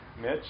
Mitch